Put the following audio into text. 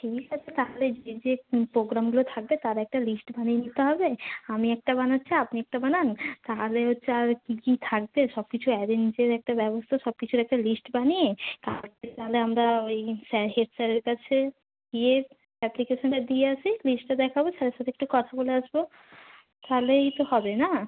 ঠিক আছে তাহলে যে যে প্রোগ্রামগুলো থাকবে তার একটা লিস্ট বানিয়ে নিতে হবে আমি একটা বানাচ্ছি আপনি একটা বানান তাহলে হচ্ছে আর কী কী থাকবে সব কিছু অ্যারেঞ্জের একটা ব্যবস্থা সবকিছুর একটা লিস্ট বানিয়ে কালকে তালে আমরা ওই স্যা হেড স্যারের কাছে গিয়ে অ্যাপ্লিকেশনটা দিয়ে আসি লিস্টটা দেখাবো স্যারের সাথে একটু কথা বলে আসবো তাহলেই তো হবে না